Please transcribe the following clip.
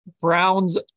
Browns